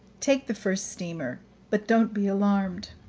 take the first steamer but don't be alarmed.